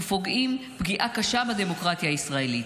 ופוגעים פגיעה קשה בדמוקרטיה הישראלית.